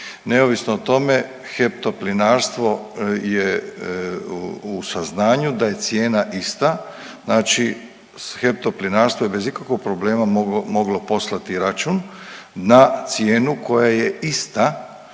neovisno o tome HEP Toplinarstvo je u saznanju da je cijena ista, znači s HEP Toplinarstvo je bez ikakvog problema moglo poslati račun na cijenu koja je ista